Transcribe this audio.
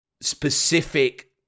specific